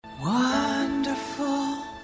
wonderful